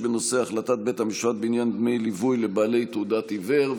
בנושא: החלטת בית המשפט בעניין דמי ליווי לבעלי תעודת עיוור.